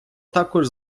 також